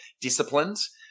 disciplines